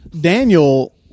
Daniel